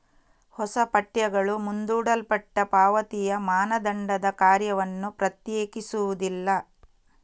ಹೊಸ ಪಠ್ಯಗಳು ಮುಂದೂಡಲ್ಪಟ್ಟ ಪಾವತಿಯ ಮಾನದಂಡದ ಕಾರ್ಯವನ್ನು ಪ್ರತ್ಯೇಕಿಸುವುದಿಲ್ಲ